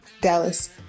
Dallas